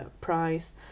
price